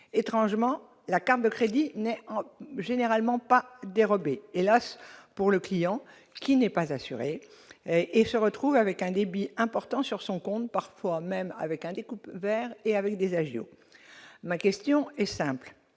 étrangement la carte de crédit n'est généralement pas dérobé, hélas pour le client qui n'est pas assurée et se retrouve avec un débit important sur son compte, parfois même avec un découpe et avec des agios, ma question est simple